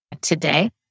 today